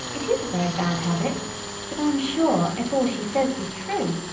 it is a very bad habit but i am sure, if all she says be true,